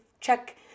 check